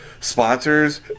sponsors